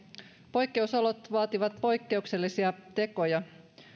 poikkeusolot vaativat poikkeuksellisia tekoja